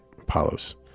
Apollos